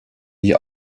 die